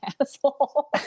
asshole